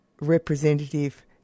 Representative